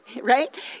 right